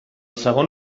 segon